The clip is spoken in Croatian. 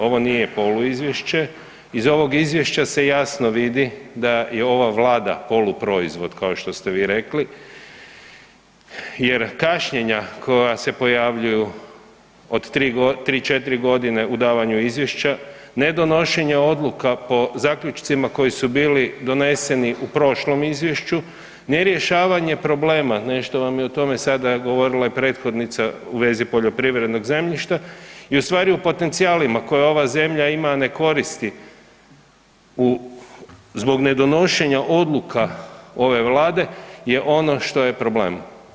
Ovo nije poluizvješće, iz ovog izvješća se jasno vidi da je ova Vlada poluproizvod kao što ste vi rekli jer kašnjenja koja se pojavljuju od 3-4 godine u davanju izvješća, ne donošenje odluka po zaključcima koji su bili doneseni u prošlom izvješću, nerješavanje problema, nešto vam je o tome sada govorila i prethodnica u vezi poljoprivrednog zemljišta i u stvari u potencijalima koje ova zemlja ima, a ne koristi u, zbog ne donošenja odluka ove Vlade je ono što je problem.